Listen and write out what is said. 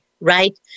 right